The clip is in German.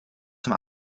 zum